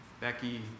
Becky